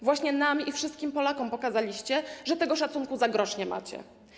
Właśnie nam i wszystkim Polakom pokazaliście, że tego szacunku za grosz nie macie.